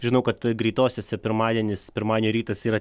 žinau kad greitosiose pirmadienis pirmadienio rytas yra